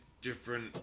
different